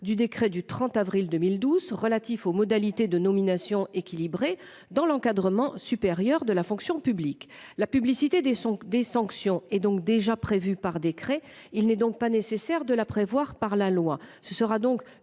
du décret du 30 avril 2012 relatif aux modalités de nomination équilibrée dans l'encadrement supérieur de la fonction publique, la publicité des sons des sanctions et donc déjà prévu par décret. Il n'est donc pas nécessaire de la prévoir par la loi,